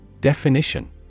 Definition